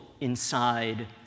inside